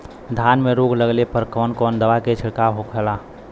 धान में रोग लगले पर कवन कवन दवा के छिड़काव होला?